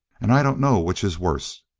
and i dunno which is worst.